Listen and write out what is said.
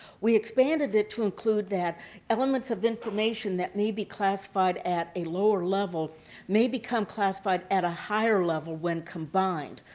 we expanded it to include that elements of information that may be classified at a lower level may become classified at a higher level when combined.